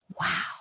wow